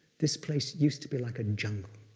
this place used to be like a jungle,